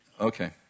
Okay